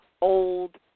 old